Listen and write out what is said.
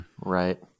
right